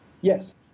Yes